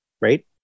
Right